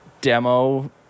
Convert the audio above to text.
demo